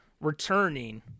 returning